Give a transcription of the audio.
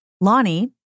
Lonnie